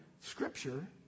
scripture